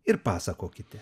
ir pasakokite